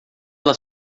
ela